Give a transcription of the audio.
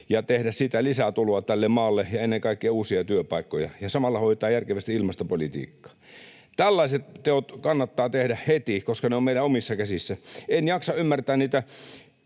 ja tehdä siitä lisätuloa tälle maalle ja ennen kaikkea luoda uusia työpaikkoja ja samalla hoitaa järkevästi ilmastopolitiikkaa. Tällaiset teot kannattaa tehdä heti, koska ne ovat meidän omissa käsissä. En jaksa ymmärtää niitä